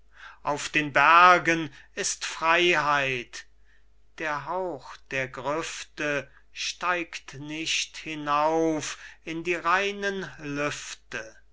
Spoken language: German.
auf den bergen ist freiheit der hauch der grüfte steigt nicht hinauf in die reinen lüfte